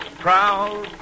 Proud